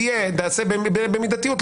תיעשה במידתיות,